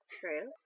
True